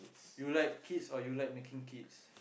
you like kids or you like making kids